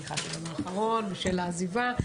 אני מניחה שגם האחרון בשל העזיבה,